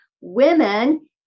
women